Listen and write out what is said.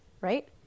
right